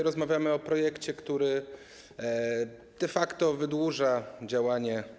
Rozmawiamy o projekcie, który de facto wydłuża działanie.